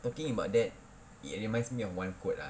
talking about that it reminds me of one quote lah